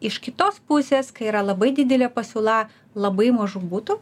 iš kitos pusės kai yra labai didelė pasiūla labai mažų butų